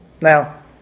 Now